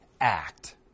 act